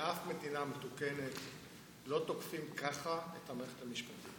באף מדינה מתוקנת לא תוקפים ככה את המערכת המשפטית.